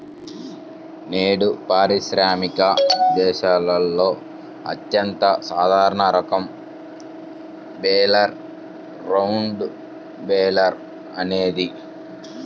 నేడు పారిశ్రామిక దేశాలలో అత్యంత సాధారణ రకం బేలర్ రౌండ్ బేలర్ అనేది